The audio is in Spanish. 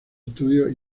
estudios